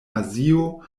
azio